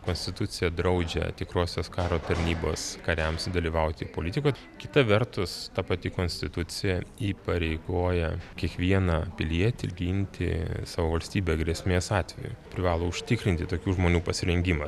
konstitucija draudžia tikrosios karo tarnybos kariams dalyvauti politikoj kita vertus ta pati konstitucija įpareigoja kiekvieną pilietį ginti savo valstybę grėsmės atveju privalo užtikrinti tokių žmonių pasirengimą